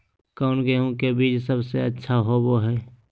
कौन गेंहू के बीज सबेसे अच्छा होबो हाय?